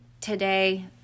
today